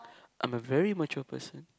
I'm a very mature person